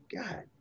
God